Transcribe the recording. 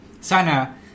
Sana